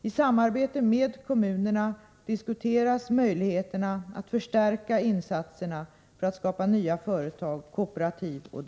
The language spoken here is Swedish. I samarbete med kommunerna diskuteras möjligheterna att förstärka insatserna för att skapa nya företag, kooperativ o. d.